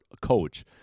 coach